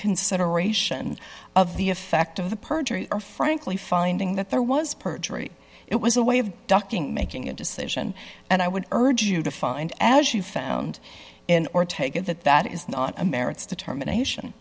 consideration of the effect of the perjury or frankly finding that there was perjury it was a way of ducking making a decision and i would urge you to find as you found in or take it that that is not a merits determination